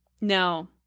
no